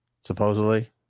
supposedly